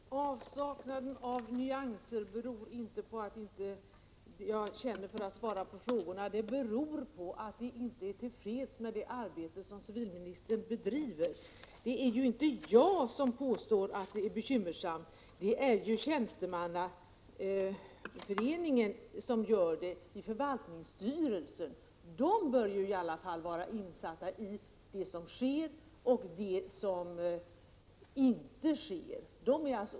Herr talman! Avsaknaden av nyanser beror inte på att jag inte känner för att svara på frågorna utan på att vi inte är till freds med det arbete som civilministern bedriver. Det är ju inte jag som påstår att det är bekymmersamt, utan det är tjänstemannaföreningen i förvaltningsstyrelsen. De personer som representerar föreningen bör väl i alla fall vara insatta i det som sker och inte sker.